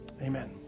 Amen